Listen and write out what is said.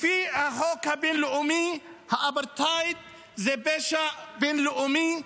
לפי החוק הבין-לאומי, האפרטהייד זה פשע בין-לאומי,